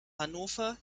hannover